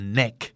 neck